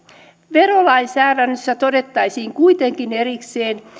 verolainsäädännössä todettaisiin kuitenkin erikseen